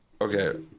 okay